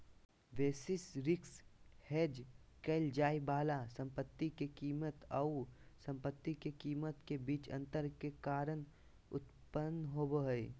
basis risk hedge क़इल जाय वाला संपत्ति के कीमत आऊ संपत्ति के कीमत के बीच अंतर के कारण उत्पन्न होबा हइ